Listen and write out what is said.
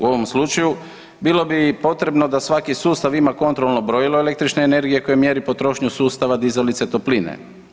U ovom slučaju bilo bi potrebno da svaki sustav ima kontrolno brojilo električne energije koje mjeri potrošnju sustava dizalice topline.